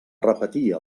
repetir